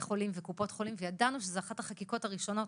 חולים וקופות חולים וידענו שזאת אחת החקיקות הראשונות